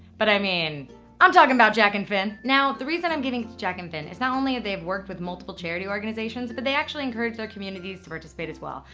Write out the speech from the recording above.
but i mean i'm talkin' about jack and finn. now the reason i'm giving to jack and finn is not only that they've worked with multiple charity organizations, but they actually encourage their communities to participate as well.